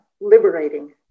liberating